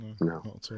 No